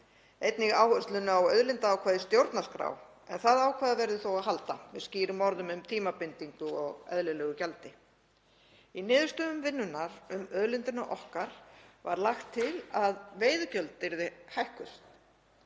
einnig áherslunni á auðlindaákvæði í stjórnarskrá en það ákvæði verður þó að halda með skýrum orðum um tímabindingu og eðlilegu gjaldi. Í niðurstöðum vinnunnar um Auðlindina okkar var lagt til að veiðigjöld yrðu hækkuð.